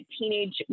teenage